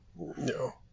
no